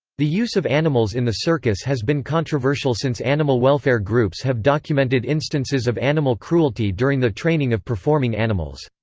the use of animals in the circus has been controversial since animal welfare groups have documented instances of animal cruelty during the training of performing animals.